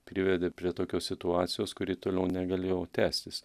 privedė prie tokios situacijos kuri toliau negalėjo tęstis